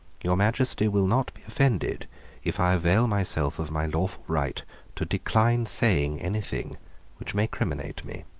your majesty will not be offended if i avail myself of my lawful right to decline saying anything which may criminate me.